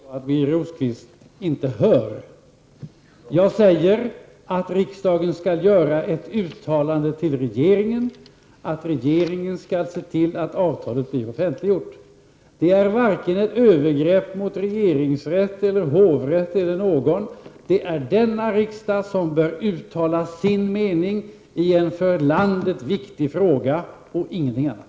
Fru talman! Det är möjligen så, att Birger Rosqvist inte hörde vad jag sade. Jag säger att riksdagen för regeringen skall uttala, att regeringen skall se till att avtalet blir offentliggjort. Detta är varken ett övergrepp mot regeringsrätt, hovrätt eller någon annan. Denna riksdag bör uttala sin mening i en för landet viktig fråga, och ingenting annat.